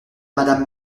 madame